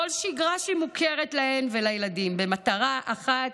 כל שגרה שהיא מוכרת להם ולילדים, במטרה אחת,